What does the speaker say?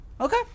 Okay